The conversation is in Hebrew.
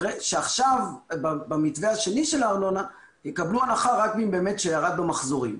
שעכשיו במתווה השני של הארנונה יקבלו הנחה רק מי שבאמת ירד לו מחזורים.